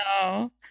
no